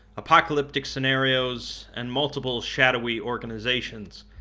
apocalyptic scenarios, and multiple shadowy organizations,